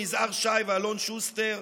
יזהר שי ואלון שוסטר,